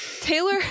Taylor